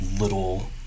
little